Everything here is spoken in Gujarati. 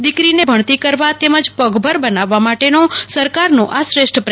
દિકરીને ભણતી કરવા તેમજ પગભર બનાવવા માટેનો સરકારનો આ શ્રેષ્ઠ પ્રયાસ છે